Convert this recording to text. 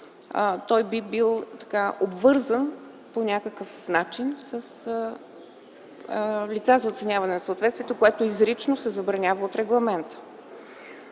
би бил обвързан по някакъв начин с лица за оценяване на съответствието, което изрично се забранява от регламента.